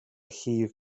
llif